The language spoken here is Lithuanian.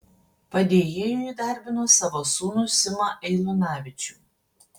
padėjėju įdarbino savo sūnų simą eilunavičių